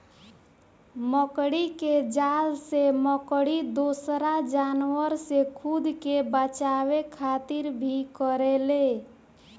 मकड़ी के जाल से मकड़ी दोसरा जानवर से खुद के बचावे खातिर भी करेले